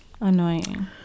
annoying